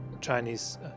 Chinese